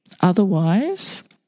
Otherwise